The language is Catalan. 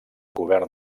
govern